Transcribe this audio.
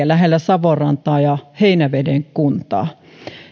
lähellä savonrantaa ja heinäveden kuntaa